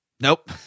Nope